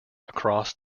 across